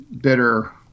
Bitter